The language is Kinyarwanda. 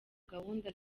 gahunda